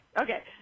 Okay